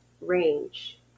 range